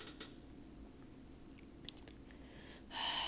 don't know leh should I try brown